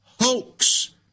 hoax